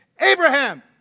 Abraham